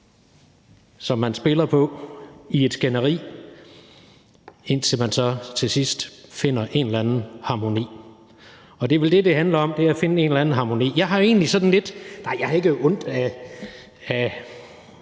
som man spiller på i et skænderi, indtil man så til sidst finder en eller anden harmoni. Det er vel det, det handler om, nemlig om at finde en eller anden harmoni. Jeg vil ikke sige, jeg har ondt